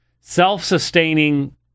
self-sustaining